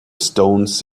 stones